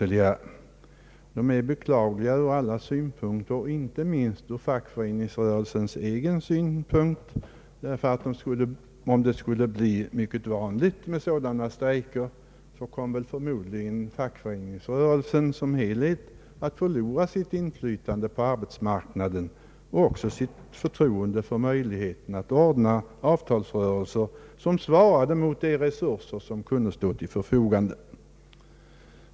Dessa strejker är beklagliga ur alla synpunkter, inte minst ur fackföreningsrörelsens egen synpunkt, ty om sådana strejker skulle bli mycket vanliga, skulle fackföreningsrörelsen som helhet förmodligen komma att förlora sitt inflytande på arbetsmarknaden och också sitt förtroende då det gäller att sluta avtal som svarar mot de resurser som står till förfogande.